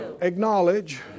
acknowledge